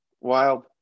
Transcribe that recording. Wild